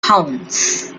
hounds